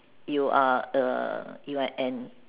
you are a you're an